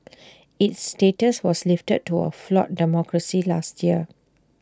its status was lifted to A flawed democracy last year